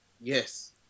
Yes